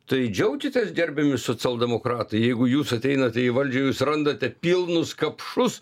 tai džiaukitės gerbiami socialdemokratai jeigu jūs ateinate į valdžią jūs randate pilnus kapšus